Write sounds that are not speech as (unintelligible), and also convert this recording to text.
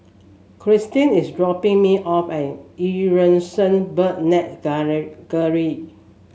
Christin is dropping me off at Eu Yan Sang Bird Net (unintelligible)